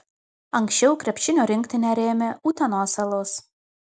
anksčiau krepšinio rinktinę rėmė utenos alus